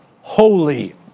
holy